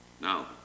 Now